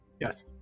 Yes